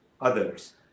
others